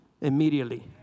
immediately